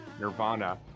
Nirvana